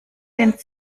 den